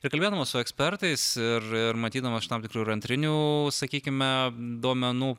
ir kalbėdamas su ekspertais ir ir matydamas iš tam tikrų antrinių sakykime duomenų